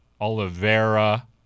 Oliveira